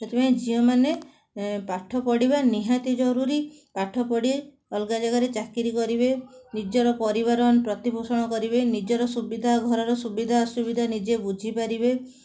ସେଥିପାଇଁ ଝିଅମାନେ ପାଠ ପଢ଼ିବା ନିହାତି ଜରୁରୀ ପାଠପଢ଼ି ଅଲଗା ଜାଗାରେ ଚାକିରି କରିବେ ନିଜର ପରିବାର ପ୍ରତିପୋଷଣ କରିବେ ନିଜର ସୁବିଧା ଘରର ସୁବିଧା ଅସୁବିଧା ନିଜେ ବୁଝିପାରିବେ